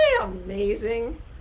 amazing